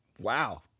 Wow